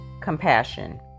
compassion